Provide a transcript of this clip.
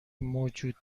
موجود